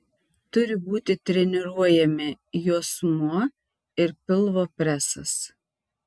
turi būti treniruojami juosmuo ir pilvo presas